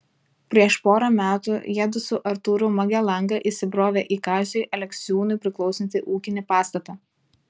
prieš porą metų jiedu su artūru magalenga įsibrovė į kaziui aleksiūnui priklausantį ūkinį pastatą